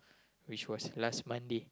which was last Monday